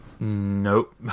nope